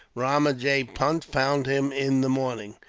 ramajee punt found him in the morning.